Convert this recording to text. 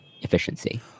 efficiency